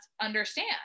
understand